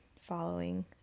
following